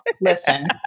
Listen